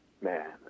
man